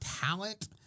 talent